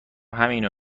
همینو